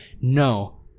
no